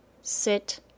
sit